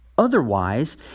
Otherwise